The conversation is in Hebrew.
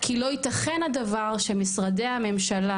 כי לא ייתכן הדבר שמשרדי הממשלה,